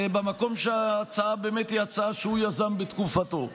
במקום שההצעה באמת היא הצעה שהוא יזם בתקופתו.